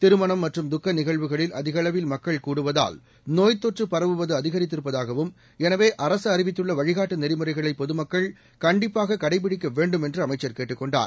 திருமணம் மற்றும் துக்க நிகழ்வுகளில் அதிக அளவில் மக்கள் கூடுவதால் நோய்த் தொற்று பரவுவது அதிகரித்திருப்பதாகவும் எனவே அரசு அறிவித்துள்ள வழிகாட்டு நெறிமுறைகளை பொதுமக்கள் கண்டிப்பாக கடைபிடிக்க வேண்டும் என்று அமைச்சர் கேட்டுக் கொண்டார்